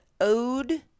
ode